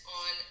on